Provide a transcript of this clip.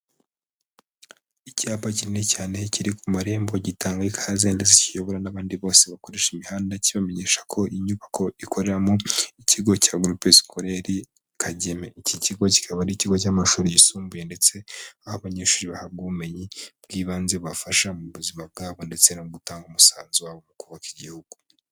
Icyapa kinini cyane kiri ku marembo gitanga ikaze ndetse kiyobora n'abandi bose bakoresha imihanda kibamenyesha ko iyi nyubako ikoreramo ikigo cya groupe scolaire Kageme, iki kigo kikaba ari ikigo cy'amashuri yisumbuye ndetse aho abanyeshuri bahabwa ubumenyi bw'ibanze bafasha mu buzima bwabo ndetse no gutanga umusanzu wabo mu kubaka igihugu.